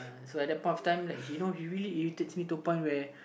ya so at that point of time like you know he really irritates me to the point where